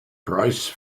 price